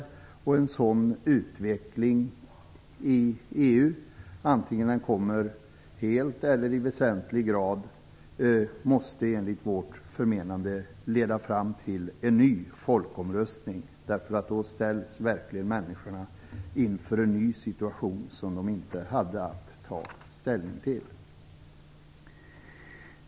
En sådan utveckling i EU, antingen den kommer helt eller i väsentlig grad, måste, enligt vårt förmenande, leda fram till en ny folkomröstning. Då ställs människorna inför en ny situation som de inte har haft att ta ställning till.